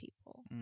people